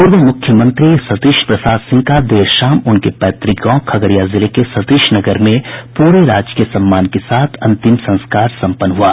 पूर्व मुख्यमंत्री सतीश प्रसाद सिंह का देर शाम उनके पैतृक गांव खगड़िया जिले के सतीशनगर में पूरे राजकीय सम्मान के साथ अंतिम संस्कार सम्पन्न हुआ